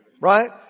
Right